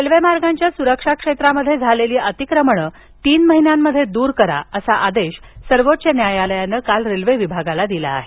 railway रेल्वेमार्गांच्या सुरक्षा क्षेत्रामध्ये झालेली अतिक्रमणे तीन महिन्यांमध्ये दूर करा असा आदेश सर्वोच्च न्यायालयानं काल रेल्वे विभागाला दिला आहे